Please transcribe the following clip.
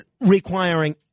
requiring